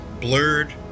blurred